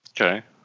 okay